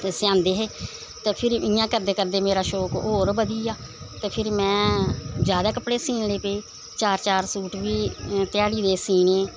ते सेआंदे हे ते फिरी इ'यां करदे करदे मेरा शौंक होर बधी गेआ ते फिर में जादै कपड़े सीन लगी पेई चार चार सूट बी ध्याड़ी दे सीने